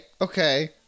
Okay